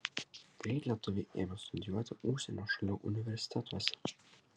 greit lietuviai ėmė studijuoti užsienio šalių universitetuose